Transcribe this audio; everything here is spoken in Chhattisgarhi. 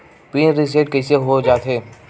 पिन रिसेट कइसे हो जाथे?